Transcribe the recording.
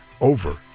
over